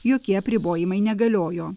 jokie apribojimai negaliojo